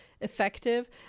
effective